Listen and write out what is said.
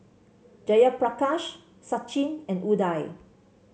Jayaprakash Sachin and Udai